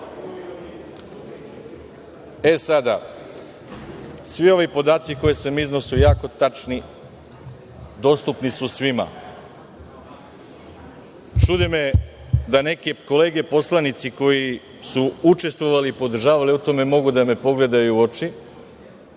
evra. Svi ovi podaci koje sam izneo su tačni, dostupni su svima. Čudi me da neke kolege poslanici koji su učestvovali i podržavali mogu da me pogledaju u oči,